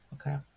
Okay